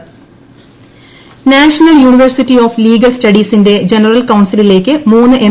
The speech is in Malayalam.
NUALS national university of legal സ്റ്റഡീസിന്റെ ജനറൽ കൌൺസിലിലേയ്ക്ക് മൂന്ന് എം